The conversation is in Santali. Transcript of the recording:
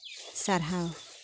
ᱥᱟᱨᱦᱟᱣ